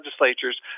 legislatures